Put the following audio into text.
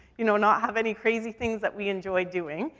you know, not have any crazy things that we enjoy doing.